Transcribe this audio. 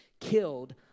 killed